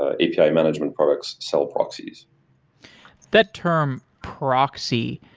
ah api ah management products sell proxies that term proxy,